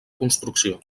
construcció